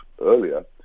earlier